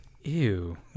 Ew